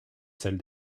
celle